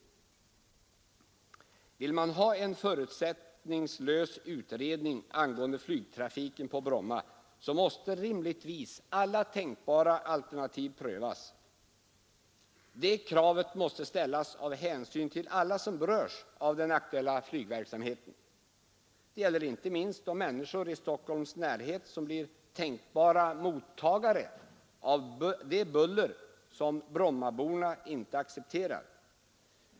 Vill man ha en förutsättningslös utredning angående flygtrafiken på Bromma, måste rimligtvis alla tänkbara alternativ prövas. Det kravet måste ställas av hänsyn till alla som berörs av den aktuella flygverksamheten. Det gäller inte minst de människor i Stockholms närhet som blir tänkbara mottagare av det buller Brommaborna inte accepterar.